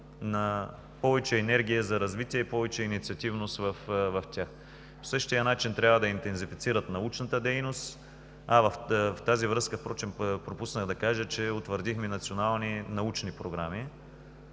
повече енергия за развитие и повече инициативност в тях. По същия начин трябва да интензифицират научната дейност – в тази връзка, пропуснах да кажа, че утвърдихме национални научни програми,